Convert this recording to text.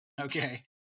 okay